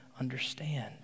understand